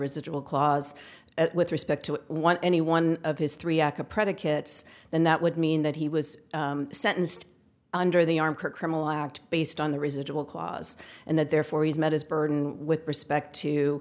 residual clause with respect to what any one of his three aca predicates then that would mean that he was sentenced under the arm criminal act based on the residual clause and that therefore he's met his burden with respect to